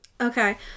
Okay